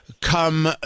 come